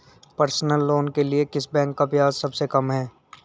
Personal loan के लिए किस बैंक का ब्याज सबसे कम है?